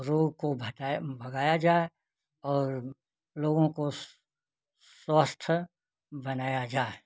रोग को घटाए भगाया जाए और लोगों को स स्वस्थ बनाया जाए